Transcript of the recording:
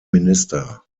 minister